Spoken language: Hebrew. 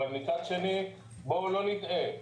אבל מצד שני בואו לא נטעה,